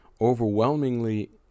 overwhelmingly